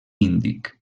índic